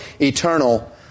eternal